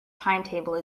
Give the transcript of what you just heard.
timetable